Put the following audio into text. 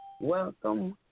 Welcome